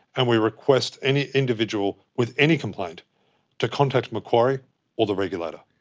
and we request any individual with any complaint to contact macquarie or the regulator.